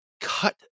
cut